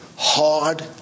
Hard